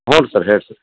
ಹ್ಞೂ ಸರ ಹೇಳ್ಡ್ರಿ